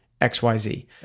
xyz